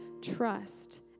trust